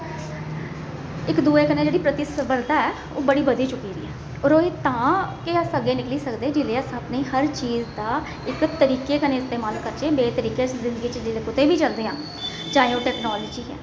इक दूए कन्नै जेह्ड़ी प्रति सफलता ऐ ओह् बड़ी बधी चुकी दी ऐ होर एह् तां केह् अस अग्गें निकली सकदे जिसले अस अपनी हर चीज दा इस तरीके कन्नै इस्तमाल करचै जेह्दे तरीके अस जिंदगी कुतै बी जन्ने आं चाहे ओह् टेक्नोलाजी ऐ